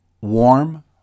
warm